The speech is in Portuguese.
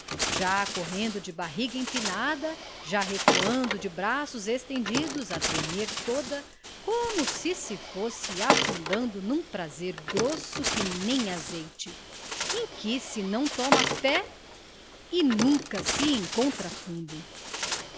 já correndo de barriga empinada já recuando de braços estendidos a tremer toda como se se fosse afundando num prazer grosso que nem azeite em que se não toma pé e nunca se encontra fundo